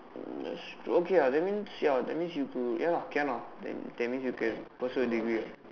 um okay ah that means ya that means you could ya lah can lah then that means you can pursue your degree ah